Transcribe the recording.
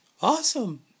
Awesome